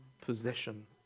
possession